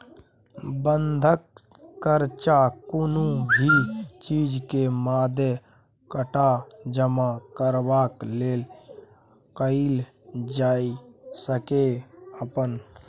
बंधक कर्जा कुनु भी चीज के मादे टका जमा करबाक लेल कईल जाइ सकेए अपन